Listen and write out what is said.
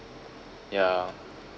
ya